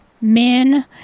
men